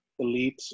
elites